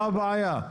מה הבעיה?